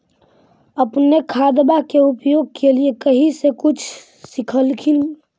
अपने खादबा के उपयोग के लीये कही से कुछ सिखलखिन हाँ?